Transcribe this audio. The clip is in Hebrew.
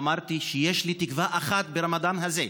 אמרתי שיש לי תקווה אחת ברמדאן הזה,